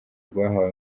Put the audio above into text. rwahawe